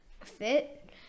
fit